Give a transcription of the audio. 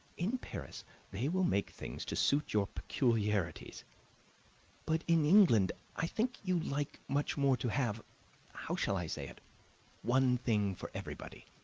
in paris they will make things to suit your peculiarities but in england i think you like much more to have how shall i say it one thing for everybody.